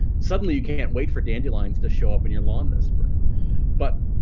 suddenly you can't wait for dandelions to show up in your lawn this spring but